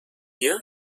you